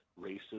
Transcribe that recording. racist